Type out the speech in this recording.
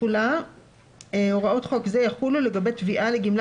"תחולה 2. הוראות חוק זה יחולו לגבי תביעה לגמלה